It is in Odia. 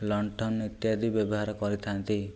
ଲଣ୍ଠନ ଇତ୍ୟାଦି ବ୍ୟବହାର କରିଥାନ୍ତି